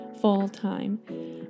full-time